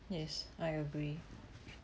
yes I agree